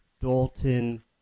Dalton